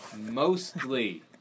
mostly